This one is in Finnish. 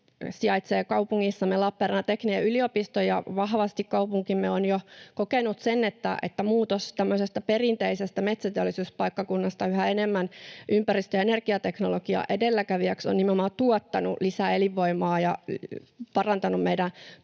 sijaitsee kaupungissamme Lappeenrannan teknillinen yliopisto, ja vahvasti kaupunkimme on jo kokenut sen, että muutos tämmöisestä perinteisestä metsäteollisuuspaikkakunnasta yhä enemmän ympäristö- ja energiateknologian edelläkävijäksi on nimenomaan tuottanut lisää elinvoimaa ja parantanut meidän